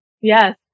Yes